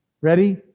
ready